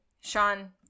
Sean